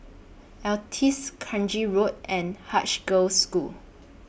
Altez Kranji Road and Haig Girls' School